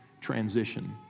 transition